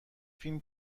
فیلم